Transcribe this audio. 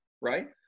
Right